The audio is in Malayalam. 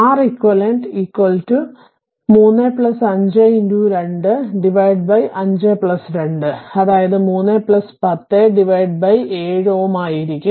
R ഇക്വിവാലെന്റ് 3 5 2 5 2 അതായത് 3 10 7Ω ആയിരിക്കും